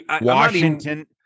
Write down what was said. Washington